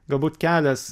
galbūt kelias